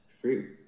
fruit